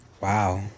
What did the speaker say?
Wow